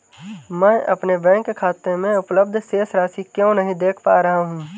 मैं अपने बैंक खाते में उपलब्ध शेष राशि क्यो नहीं देख पा रहा हूँ?